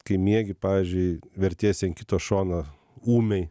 kai miegi pavyzdžiui vertiesi ant kito šono ūmiai